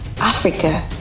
Africa